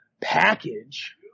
package –